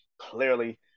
clearly